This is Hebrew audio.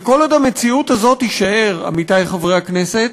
וכל עוד המציאות הזאת תישאר, עמיתי חברי הכנסת,